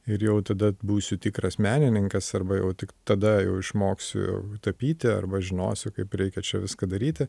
ir jau tada būsiu tikras menininkas arba jau tik tada jau išmoksiu tapyti arba žinosiu kaip reikia čia viską daryti